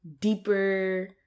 deeper